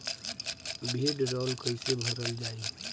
भीडरौल कैसे भरल जाइ?